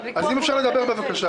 אם אפשר לדבר, בבקשה.